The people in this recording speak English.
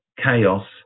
chaos